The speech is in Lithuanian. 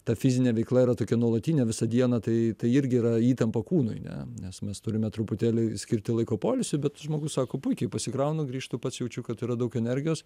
ta fizinė veikla yra tokia nuolatinė visą dieną tai irgi yra įtampa kūnui ne nes mes turime truputėlį skirti laiko poilsiui bet žmogus sako puikiai pasikraunu grįžtu pats jaučiu kad yra daug energijos